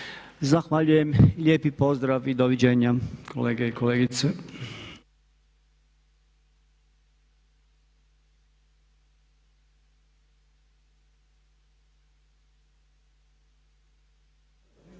Zahvaljujem. Lijepi pozdrav i doviđenja kolege i kolegice.